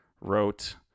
wrote